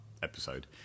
Episode